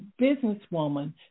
businesswoman